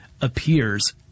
appears